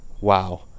Wow